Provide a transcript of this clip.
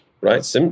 right